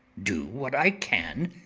do what i can,